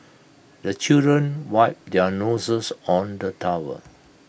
the children wipe their noses on the tower